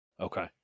Okay